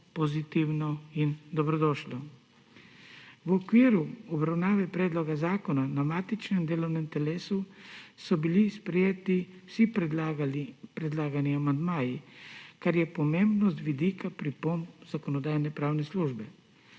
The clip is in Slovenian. pozitivno in dobrodošlo. V okviru obravnave predloga zakona na matičnem delovnem telesu so bili sprejeti vsi predlagani amandmaji, kar je pomembno z vidika pripomb Zakonodajno-pravne službe.